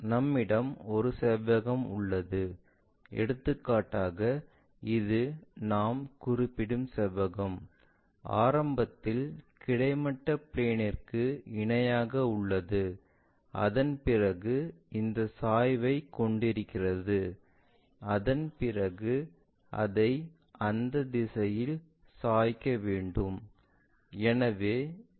நம்மிடம் ஒரு செவ்வகம் உள்ளது எடுத்துக்காட்டாக இது நாம் குறிப்பிடும் செவ்வகம் ஆரம்பத்தில் கிடைமட்ட பிளேன்ற்கு இணையாக உள்ளது அதன் பிறகு இந்த சாய்வை கொண்டிருக்கின்றது அதன் பிறகு அதை அந்த திசையில் சாய்க்க வேண்டும்